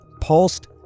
pulsed